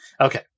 okay